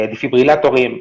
דפיברילטורים,